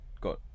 got